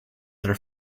their